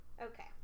Okay